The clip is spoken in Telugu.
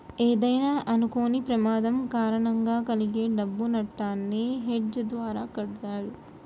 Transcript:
ఏదైనా అనుకోని ప్రమాదం కారణంగా కలిగే డబ్బు నట్టాన్ని హెడ్జ్ ద్వారా కొంటారు